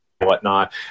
whatnot